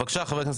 חבר הכנסת